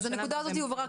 הנקודה הזאת הובהרה.